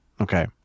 Okay